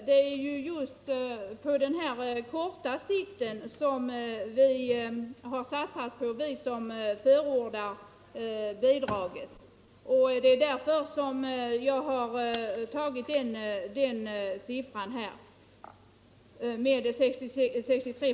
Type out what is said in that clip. Nr 87 Herr talman! Det är just på kort sikt som vi har föreslagit bidraget. Torsdagen den Det är därför som jag har angivit 63 96.